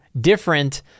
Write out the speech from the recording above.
different